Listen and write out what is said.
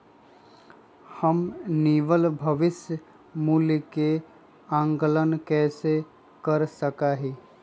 हम निवल भविष्य मूल्य के आंकलन कैसे कर सका ही?